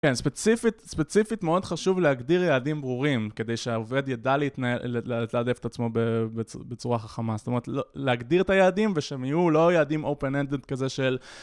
כן, ספציפית מאוד חשוב להגדיר יעדים ברורים כדי שהעובד ידע להתנהל להדף את עצמו בצורה חכמה זאת אומרת להגדיר את היעדים ושהם יהיו לא יעדים open-ended כזה של...